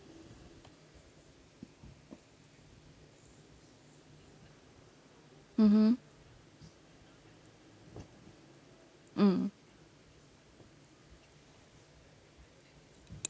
mmhmm mm